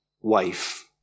wife